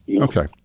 Okay